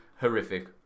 Horrific